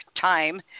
time